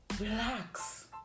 relax